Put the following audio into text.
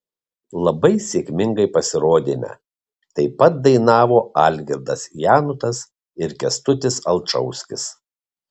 labai sėkmingai pasirodėme taip pat dainavo algirdas janutas ir kęstutis alčauskis